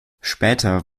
später